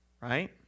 right